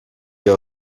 wir